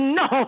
no